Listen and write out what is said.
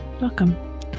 welcome